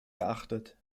geachtet